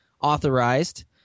authorized